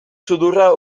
sudurra